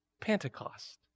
Pentecost